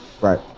Right